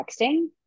texting